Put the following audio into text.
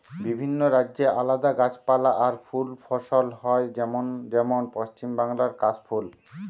বিভিন্ন রাজ্যে আলদা গাছপালা আর ফুল ফসল হয় যেমন যেমন পশ্চিম বাংলায় কাশ ফুল